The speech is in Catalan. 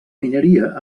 mineria